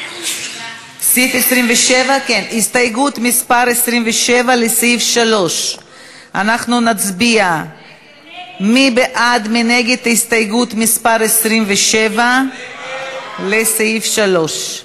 סעיף 27. סעיף 27?